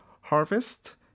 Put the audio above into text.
harvest